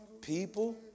people